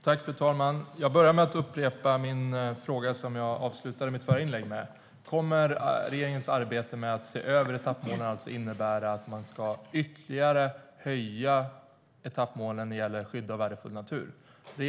Fru talman! Jag börjar med att upprepa den fråga som jag avslutade mitt förra inlägg med: Kommer regeringens arbete med att se över etappmålen att innebära att man ytterligare ska höja etappmålen när det gäller skydd av värdefull natur?